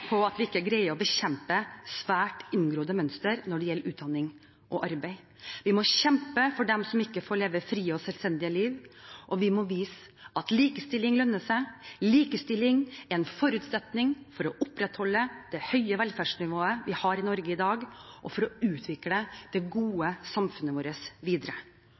vi ikke bruke 40 år til på å ikke greie å bekjempe svært inngrodde mønstre når det gjelder utdanning og arbeid. Vi må kjempe for dem som ikke får leve et fritt og selvstendig liv, og vi må vise at likestilling lønner seg. Likestilling er en forutsetning for å opprettholde det høye velferdsnivået vi har i Norge i dag, og for å utvikle det gode samfunnet vårt videre.